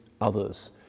others